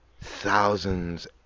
thousands